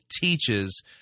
teaches